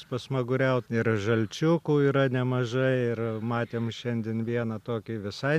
pasmaguriaut ir žalčiukų yra nemažai ir matėm šiandien vieną tokį visai